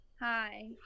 Hi